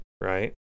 right